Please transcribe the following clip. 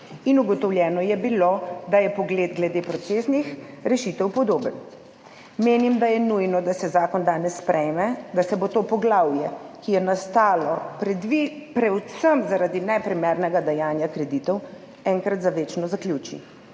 in ugotovljeno je bilo, da je pogled glede procesnih rešitev podoben. Menim, da je nujno, da se zakon danes sprejme, da se bo to poglavje, ki je nastalo predvsem zaradi neprimernega dajanja kreditov, enkrat za večno zaključi